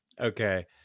Okay